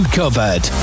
covered